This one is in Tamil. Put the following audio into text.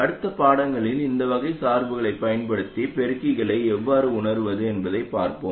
அடுத்த பாடங்களில் இந்த வகை சார்புகளைப் பயன்படுத்தி பெருக்கிகளை எவ்வாறு உணருவது என்பதைப் பார்ப்போம்